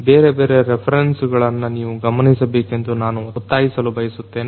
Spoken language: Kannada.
ಬೇರೆ ಬೇರೆ ರೆಫರೆನ್ಸ್ ಗಳನ್ನು ನೀವು ಗಮನಿಸಬೇಕೆಂದು ನಾನು ಒತ್ತಾಯಿಸಲು ಬಯಸುತ್ತೇನೆ